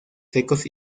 secos